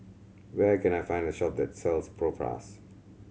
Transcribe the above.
where can I find a shop that sells Propass